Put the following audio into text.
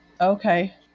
Okay